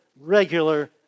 regular